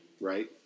Right